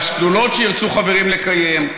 והשדולות שחברים ירצו לקיים,